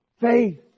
Faith